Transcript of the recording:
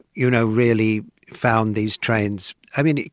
you know really found these trains, i mean,